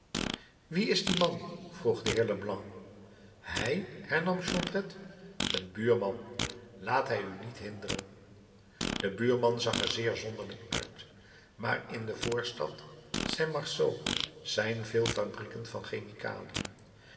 wie is die man vroeg de heer leblanc hij hernam jondrette een buurman laat hij u niet hinderen de buurman zag er zeer zonderling uit maar in de voorstad saint marceau zijn veel fabrieken van chemicaliën